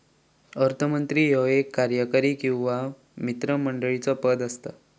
अर्थमंत्री ह्यो एक कार्यकारी किंवा मंत्रिमंडळाचो पद असता